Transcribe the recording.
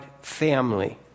family